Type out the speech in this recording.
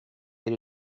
elle